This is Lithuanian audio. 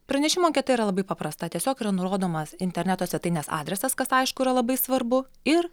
pranešimo anketa yra labai paprasta tiesiog yra nurodomas interneto svetainės adresas kas aišku yra labai svarbu ir